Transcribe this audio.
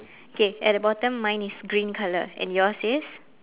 K at the bottom mine is green colour and yours is